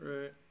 Right